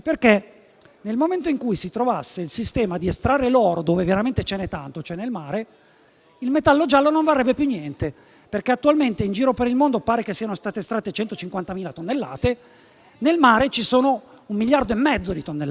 nel momento in cui si trovasse il sistema di estrarre l'oro dove veramente ce n'è tanto, ossia nel mare, il metallo giallo non varrebbe più niente. Basti considerare che attualmente in giro per il mondo pare che siano state estratte 150.000 tonnellate, mentre nel mare ci sono 1,5 miliardi di tonnellate